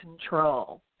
control